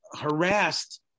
harassed